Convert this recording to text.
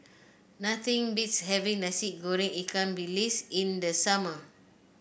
nothing beats having Nasi Goreng Ikan Bilis in the summer